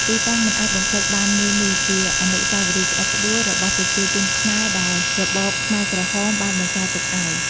ទីតាំងមិនអាចបំភ្លេចបានមួយនេះ ជាអនុស្សវរីយ៍ក្តុកក្ដួល របស់ប្រជាជនខ្មែរដែលរបបខ្មែរក្រហមបានបន្សល់ទុកឱ្យ។